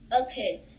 Okay